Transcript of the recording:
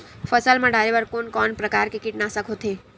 फसल मा डारेबर कोन कौन प्रकार के कीटनाशक होथे?